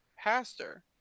pastor